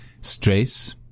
stress